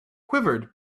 quivered